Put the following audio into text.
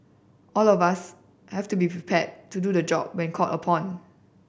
all of us have to be prepared to do the job when called upon